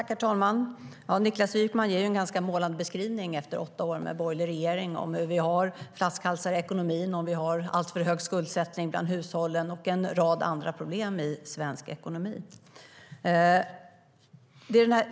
Herr talman! Niklas Wykman ger en ganska målande beskrivning av läget efter åtta år med borgerlig regering. Vi har flaskhalsar i ekonomin, alltför hög skuldsättning bland hushållen och en rad andra problem i svensk ekonomi.